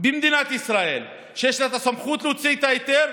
במדינת ישראל שיש לה את הסמכות להוציא את ההיתר,